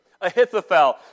Ahithophel